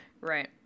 right